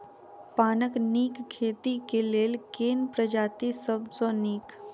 पानक नीक खेती केँ लेल केँ प्रजाति सब सऽ नीक?